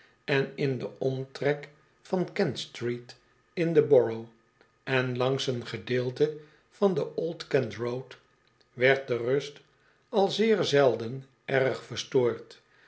en in den omtrek van kent street in the borough en langs een gedeelte van de old kent road werd de rust al zeer zelden erg verstoord